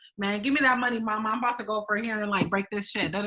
man, give me that money! my mom bout to go over here and like break this shit,